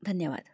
धन्यवाद